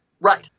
Right